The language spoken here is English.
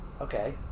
Okay